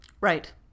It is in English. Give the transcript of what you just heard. Right